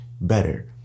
better